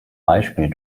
beispiel